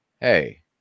hey